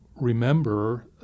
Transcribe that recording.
remember